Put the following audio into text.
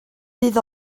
bydd